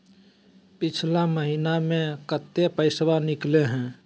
पिछला महिना मे कते पैसबा निकले हैं?